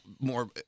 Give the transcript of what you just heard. more